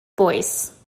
boyce